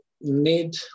need